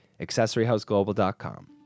AccessoryHouseGlobal.com